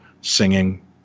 singing